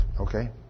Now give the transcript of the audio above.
okay